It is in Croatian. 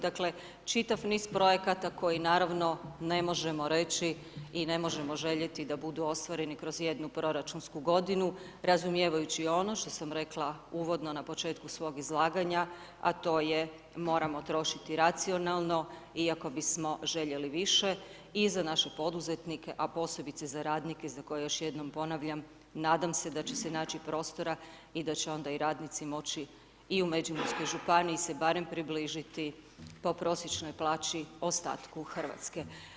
Dakle, čitav niz projekata koji naravno ne možemo reći i ne možemo željeti da budu ostvareni kroz jednu proračunsku godinu razumijevajući i ono što sam rekla uvodno u početku svog izlaganja, a to je moramo trošiti racionalno iako bismo željeli više i za naše poduzetnike, a posebice za radnike za koje još jednom ponavljam nadam se da će se naći prostora i da će onda i radnici moći i u Međimurskoj županiji se barem približiti po prosječnoj plaći ostatku Hrvatske.